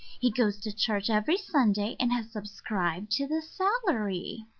he goes to church every sunday and has subscribed to the salary.